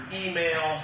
email